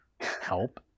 help